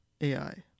AI